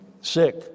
sick